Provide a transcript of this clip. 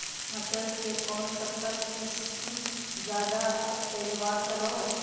मटर के कौन संकर किस्म जायदा पैदावार करो है?